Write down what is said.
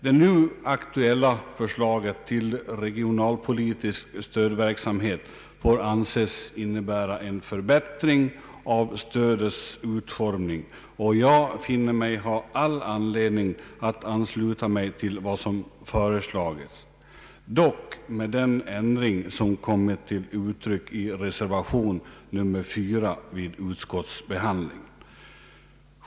Det nu aktuella förslaget till regionalpolitisk stödverksamhet får anses innebära en förbättring av stödets utformning, och jag finner mig ha all anledning att ansluta mig till vad som föreslagits — dock med den ändring som kommit till uttryck i reservation nr 4 vid statsutskottets utlåtande nr 103.